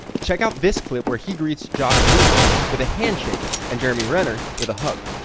check out this clip where he greets josh widdicombe with a handshake and jeremy renner with a hug.